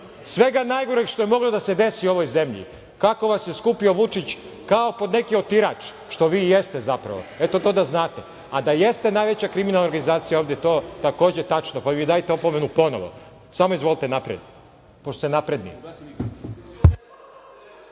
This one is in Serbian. svega najgoreg što je moglo da se desi ovoj zemlji. Kako vas je skupio Vučić, kao pod neki otirač, što vi i jeste zapravo. Eto to da znate. A da jeste najveća kriminalna organizacija ovde, to je takođe tačno, pa vi dajte opomenu ponovo. Samo izvolite napred, pošto ste napredni.